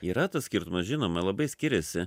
yra tas skirtumas žinoma labai skiriasi